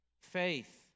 Faith